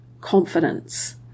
confidence